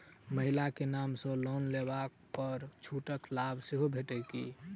महिला केँ नाम सँ लोन लेबऽ पर छुटक लाभ सेहो भेटत की?